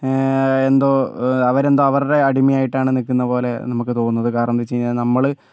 എന്തോ അവര് എന്തോ അവരുടെ അടിമയായിട്ടാണ് നിൽക്കുന്നത് പോലെ നമുക്ക് തോന്നുന്നത് കാരണം എന്ന് വെച്ച് കഴിഞ്ഞാൽ നമ്മള്